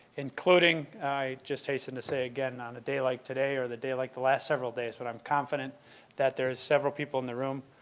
including, i just hasten to say again on a day like today or a day like the last several days, when i'm confident that there's several people in the room